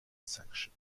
section